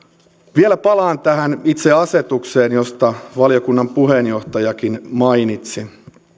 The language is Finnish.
vielä palaan tähän itse asetukseen josta valiokunnan puheenjohtajakin mainitsi